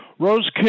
Rose